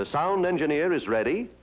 the sound engineer is ready